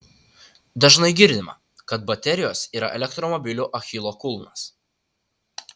dažnai girdima kad baterijos yra elektromobilių achilo kulnas